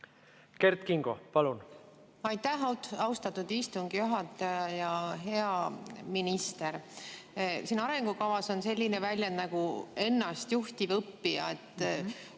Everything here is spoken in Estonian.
Kert Kingo, palun! Aitäh, austatud istungi juhataja! Hea minister! Arengukavas on selline väljend nagu "ennastjuhtiv õppija".